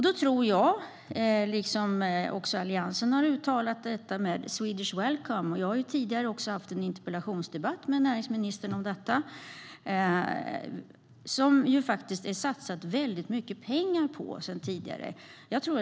Precis som Alliansen tror jag på Swedish Welcome. Jag har tidigare också haft en interpellationsdebatt med näringsministern om detta, som man ju har satsat mycket pengar på sedan tidigare.